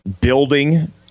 building